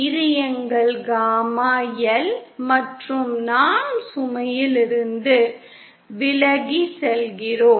இது எங்கள் gamma L மற்றும் நாம் சுமையிலிருந்து விலகிச் செல்கிறோம்